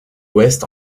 ouest